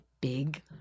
big